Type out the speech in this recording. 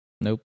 nope